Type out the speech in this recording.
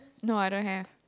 no I don't have